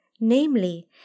Namely